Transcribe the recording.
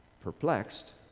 perplexed